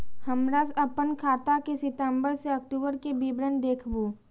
हमरा अपन खाता के सितम्बर से अक्टूबर के विवरण देखबु?